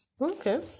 Okay